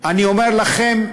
אני אומר לכם,